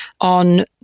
on